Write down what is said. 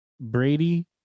Brady